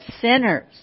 sinners